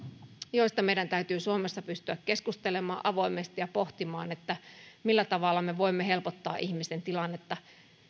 joista meidän täytyy suomessa pystyä keskustelemaan avoimesti ja pohtimaan millä tavalla me voimme helpottaa ihmisen tilannetta